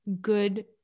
good